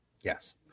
Yes